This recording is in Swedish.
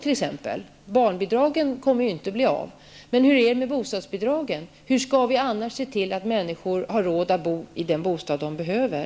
Höjningen av barnbidragen kommer ju inte att bli av. Men hur är det med bostadsbidragen? Hur skall vi annars se till att människor har råd att bo i den bostad de behöver?